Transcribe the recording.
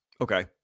Okay